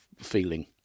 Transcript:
feeling